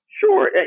Sure